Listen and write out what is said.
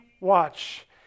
watch